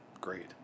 great